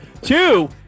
Two